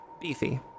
beefy